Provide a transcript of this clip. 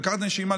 לקחת נשימה,